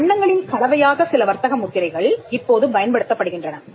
வண்ணங்களின் கலவையாக சில வர்த்தக முத்திரைகள் இப்போது பயன்படுத்தப்படுகின்றன